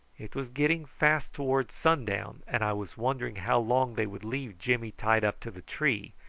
it was getting fast towards sundown, and i was wondering how long they would leave jimmy tied up to the tree,